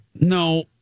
No